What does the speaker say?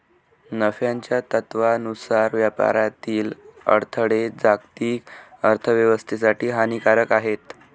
नफ्याच्या तत्त्वानुसार व्यापारातील अडथळे जागतिक अर्थ व्यवस्थेसाठी हानिकारक आहेत